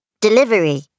Delivery